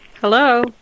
Hello